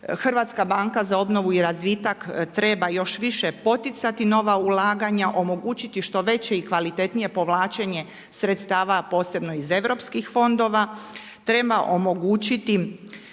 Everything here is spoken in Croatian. Hrvatska banka za obnovu i razvitak treba još više poticati nova ulaganja, omogućiti što veće i kvalitetnije povlačenje sredstava posebno iz EU fondova, treba omogućiti